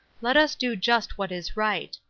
let us do just what is right.